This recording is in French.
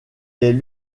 est